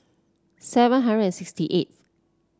seven hundred and sixty eighth